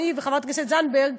אני וחברת הכנסת זנדברג,